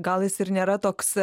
gal jis ir nėra toks